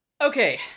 Okay